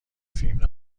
فیلم